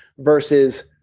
versus,